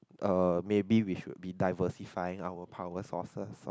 uh maybe we should be diversifying our power sources lor